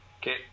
Okay